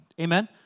Amen